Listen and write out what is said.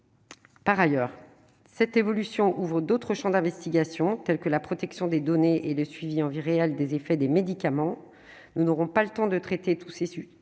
par ailleurs, cette évolution ouvrent d'autres champs d'investigation, tels que la protection des données et de suivis en vie réelle des effets des médicaments, nous n'aurons pas le temps de traiter tous ces sur